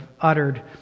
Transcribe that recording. uttered